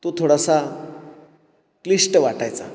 तो थोडासा क्लिष्ट वाटायचा